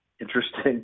interesting